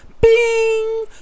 bing